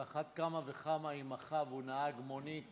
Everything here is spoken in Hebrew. על אחת כמה וכמה אם החב הוא נהג מונית,